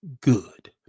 good